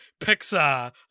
pixar